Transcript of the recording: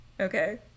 Okay